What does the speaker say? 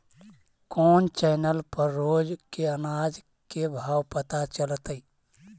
कोन चैनल पर रोज के अनाज के भाव पता चलतै?